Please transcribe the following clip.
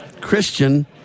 Christian